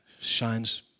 shines